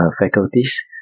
faculties